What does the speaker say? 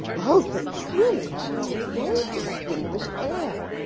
oh, but truly, she has a very distinguished air.